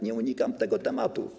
Nie unikam tego tematu.